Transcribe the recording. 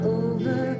over